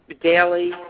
daily